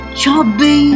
chubby